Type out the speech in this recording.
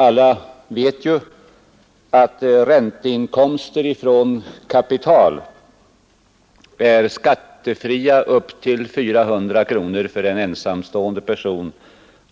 Alla vet ju att ränteinkomster från kapital är skattefria upp till 400 kronor för en ensamstående person